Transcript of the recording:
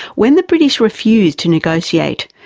when the british refused to negotiate,